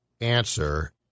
answer